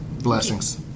Blessings